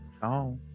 Ciao